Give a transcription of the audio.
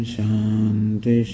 Shanti